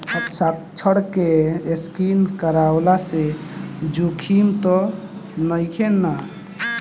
हस्ताक्षर के स्केन करवला से जोखिम त नइखे न?